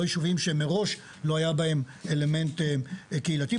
לא ישובים שמראש לא היה בהם אלמנט קהילתי.